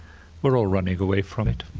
we're all running away from it,